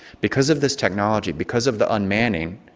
because of this technology, because of the unmanning,